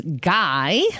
guy